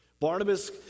Barnabas